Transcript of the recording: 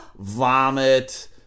vomit